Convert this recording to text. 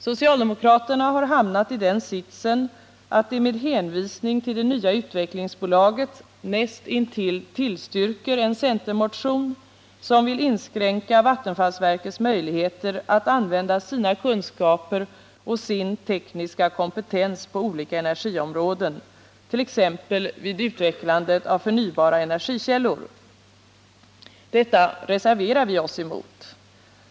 Socialdemokraterna har hamnat i den sitsen att de med hänvisning till det nya utvecklingsbolaget näst intill tillstyrker en centermotion som vill inskränka vattenfallsverkets möjligheter att använda sina kunskaper och sin tekniska kompetens på olika energiområden, t.ex. vid utvecklandet av förnybara energikällor. Detta reserverar vi oss mot.